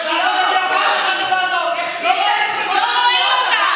שלמה קרעי החתים, לא ראיתי אותך בשום דיון.